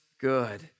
good